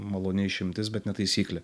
maloni išimtis bet ne taisyklė